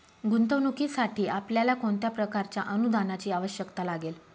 गुंतवणुकीसाठी आपल्याला कोणत्या प्रकारच्या अनुदानाची आवश्यकता लागेल?